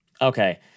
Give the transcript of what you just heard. Okay